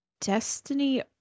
destiny